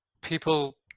people